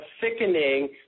thickening